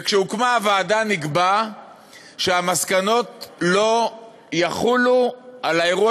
וכשהוקמה הוועדה נקבע שהמסקנות לא יחולו על האירוע